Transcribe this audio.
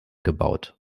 gebaut